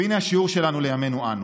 והינה השיעור שלנו לימינו אנו: